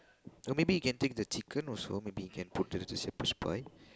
or maybe you can take the chicken also maybe you can put to the the Shepherd's pie